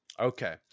Okay